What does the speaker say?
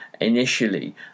initially